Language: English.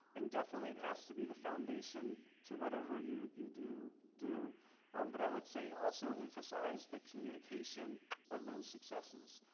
and definitely it has to be the foundation to whatever you you do, um but i would say also emphasize the communication of those successes,